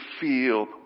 feel